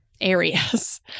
areas